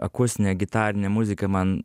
akustinė gitarinė muzika man